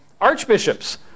archbishops